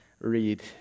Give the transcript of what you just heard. read